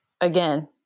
again